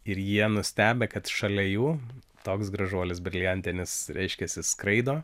ir jie nustebę kad šalia jų toks gražuolis briliantinis reiškiasi skraido